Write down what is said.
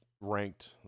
ranked